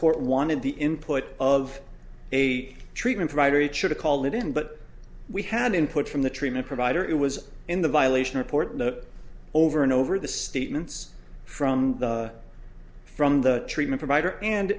court wanted the input of a treatment provider it should call it in but we had input from the treatment provider it was in the violation report over and over the statements from the from the treatment provider and